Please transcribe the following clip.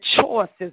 choices